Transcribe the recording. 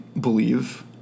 believe